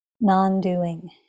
non-doing